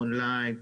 און-ליין,